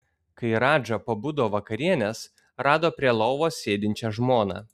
kai radža pabudo vakarienės rado prie lovos sėdinčią žmoną